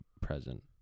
present